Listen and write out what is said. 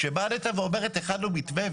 כשבאה נת"ע ואומרת 'הכנו מתווה',